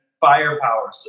firepower